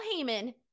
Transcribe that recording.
Heyman